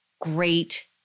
great